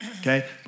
Okay